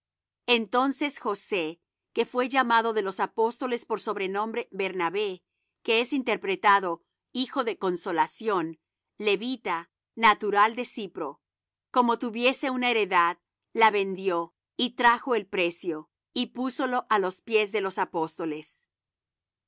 entonces josé que fué llamado de los apóstoles por sobrenombre bernabé que es interpretado hijo de consolación levita natural de cipro como tuviese una heredad la vendió y trajo el precio y púsolo á los pies de los apóstoles